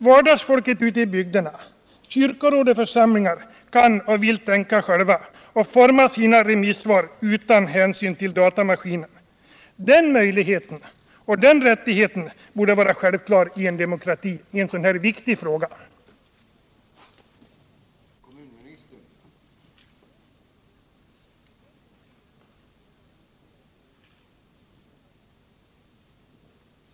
Vardagsmänniskorna ute i bygderna, kyrkoråd och församlingar kan och vill tänka själva och formulera sina remissvar utan hänsyn till datamaskiner. Den möjligheten och rättigheten borde vara självklar i en demokrati när det gäller en så viktig fråga som denna.